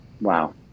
wow